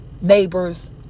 neighbors